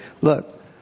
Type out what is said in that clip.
Look